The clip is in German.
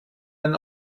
ein